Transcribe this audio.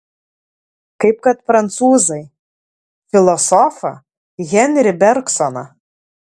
kaip kad prancūzai filosofą henri bergsoną